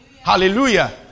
Hallelujah